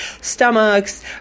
stomachs